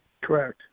Correct